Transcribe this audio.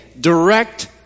direct